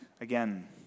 Again